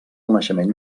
naixement